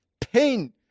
pain